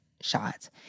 shot